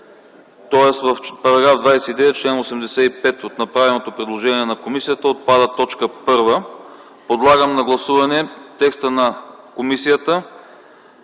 тоест в § 29, чл. 85 от направеното предложение на комисията - отпада т. 1. Подлагам на гласуване текста на комисията,